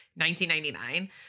1999